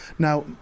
Now